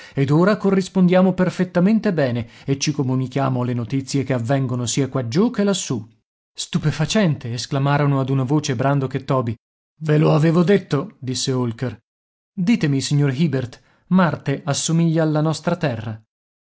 ed ora corrispondiamo perfettamente bene e ci comunichiamo le notizie che avvengono sia quaggiù che lassù stupefacente esclamarono ad una voce brandok e toby ve lo avevo detto disse holker ditemi signor hibert marte assomiglia alla nostra terra